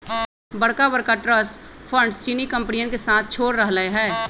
बड़का बड़का trust funds चीनी कंपनियन के साथ छोड़ रहले है